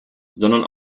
sondern